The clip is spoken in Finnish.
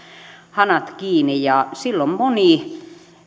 kiinni ja silloin moni